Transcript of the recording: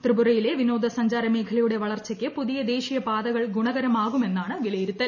ത്രിപുരയിലെ വിനേങ്ങ സഞ്ചാരമേഖലയുടെ വളർച്ചയ്ക്ക് പുതിയ ദേശീയ പാതകൾ ഗുണകരമാകുമെന്നാണ് വിലയിരുത്തൽ